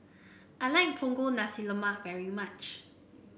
I like Punggol Nasi Lemak very much